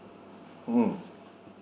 mm hmm